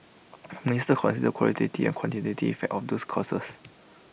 the minister considered the qualitative and quantitative effects of these clauses